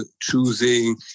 choosing